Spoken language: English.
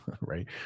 right